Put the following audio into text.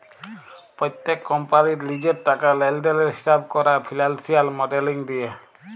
প্যত্তেক কম্পালির লিজের টাকা লেলদেলের হিঁসাব ক্যরা ফিল্যালসিয়াল মডেলিং দিয়ে